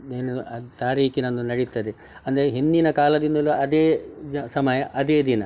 ದಿನ ತಾರೀಕಿನಂದು ನಡೀತದೆ ಅಂದರೆ ಹಿಂದಿನ ಕಾಲದಿಂದಲು ಅದೇ ಸಮಯ ಅದೇ ದಿನ